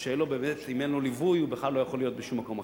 שאם אין לו ליווי הוא בכלל לא יכול להיות בשום מקום אחר,